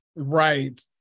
Right